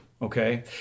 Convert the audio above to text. Okay